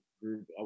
group